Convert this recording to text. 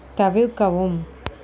தவிர்க்கவும்